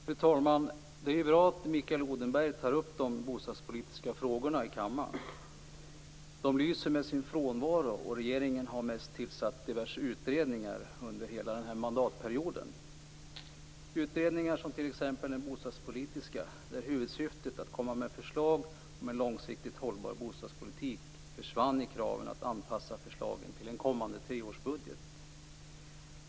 Fru talman! Det är bra att Mikael Odenberg tar upp de bostadspolitiska frågorna i kammaren. De lyser med sin frånvaro, och regeringen har mest tillsatt diverse utredningar under hela denna mandatperiod. Det är utredningar som t.ex. den bostadspolitiska, där huvudsyftet att komma med förslag om en långsiktigt hållbar bostadspolitik försvann i och med kraven att anpassa förslagen till en kommande treårsbudget.